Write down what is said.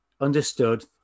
understood